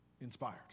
inspired